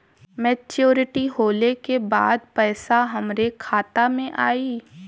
Maturity होले के बाद पैसा हमरे खाता में आई?